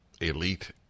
elite